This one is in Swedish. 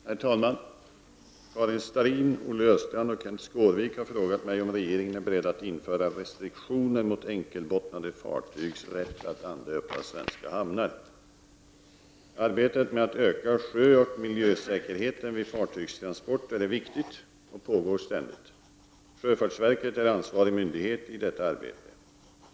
Herr talman! Karin Starrin, Olle Östrand och Kenth Skårvik har frågat mig om regeringen är beredd att införa restriktioner mot enkelbottnade fartygs rätt att anlöpa svenska hamnar. Arbetet med att öka sjöoch miljösäkerheten vid fartygstransporter är viktigt och pågår ständigt. Sjöfartsverket är ansvarig myndighet i detta arbete.